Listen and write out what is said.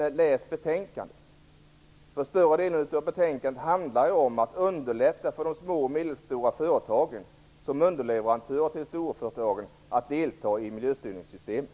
Men läs betänkandet! Större delen av betänkandet handlar ju om att underlätta för de små och medelstora företagen, som underleverantörer till storföretagen, att delta i miljöstyrningssystemet.